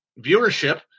viewership